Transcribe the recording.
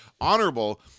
honorable